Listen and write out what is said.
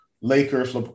Lakers